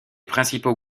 principaux